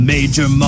Major